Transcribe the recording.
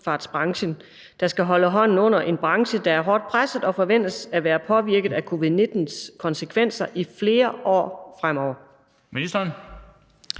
der skal holde hånden under en branche, der er hårdt presset og forventes at være påvirket af covid-19’s konsekvenser i flere år fremover? Den